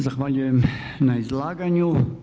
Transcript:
Zahvaljujem na izlaganju.